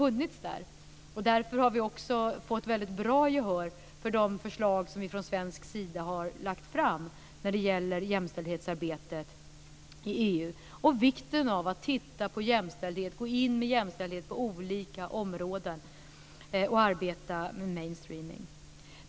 Vi har därför också fått väldigt bra gehör för de förslag som vi från svensk sida har lagt fram när det gäller jämställdhetsarbetet i EU och vikten av att titta på jämställdhet, gå in med jämställdhet på olika områden och arbeta med mainstreaming.